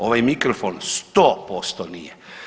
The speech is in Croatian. Ovaj mikrofon 100% nije.